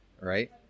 right